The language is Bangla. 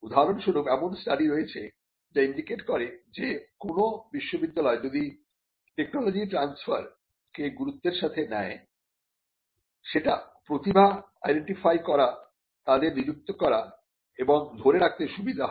উদাহরণস্বরূপ এমন স্টাডি রয়েছে যা ইন্ডিকেট করে যে কোন বিশ্ববিদ্যালয় যদি টেকনোলজি ট্রানস্ফার কে গুরুত্বের সাথে নেয় সেটা প্রতিভা আইডেন্টিফাই করা তাদের নিযুক্ত করা এবং ধরে রাখতে সুবিধা হয়